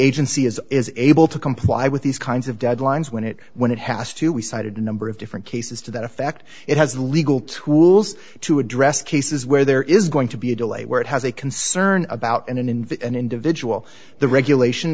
agency is is able to comply with these kinds of deadlines when it when it has to we cited a number of different cases to that effect it has legal tools to address cases where there is going to be a delay where it has a concern about and in an individual the regulation